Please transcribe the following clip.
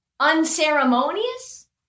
unceremonious